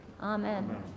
amen